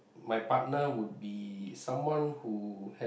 my partner would be someone who has